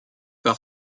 par